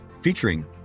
featuring